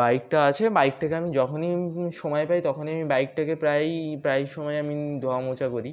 বাইকটা আছে বাইকটাকে আমি যখনই সময় পাই তখনই আমি বাইকটাকে প্রায়ই প্রায়ই সময় আমি ধোয়া মোছা করি